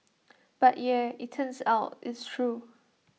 but yeah IT turns out it's true